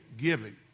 Giving